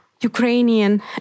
Ukrainian